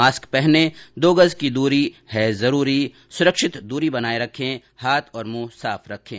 mask पहनें दो गज की दूरी है जरूरी सुरक्षित दूरी बनाए रखें हाथ और मुंह साफ रखें